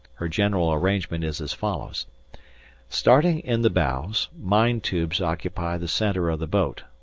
her general arrangement is as follows starting in the bows, mine tubes occupy the centre of the boat,